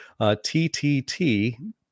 TTT